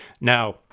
now